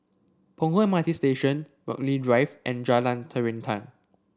Punggol M R T Station Burghley Drive and Jalan Terentang